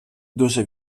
дуже